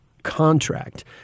contract